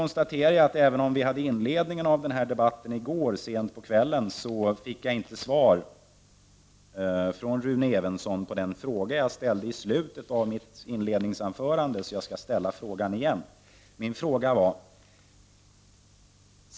När den här debatten inleddes i går kväll, fick jag inte svar från Rune Evensson på den fråga jag ställde i slutet av mitt inledande anförande. Jag upprepar därför frågan nu.